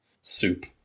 soup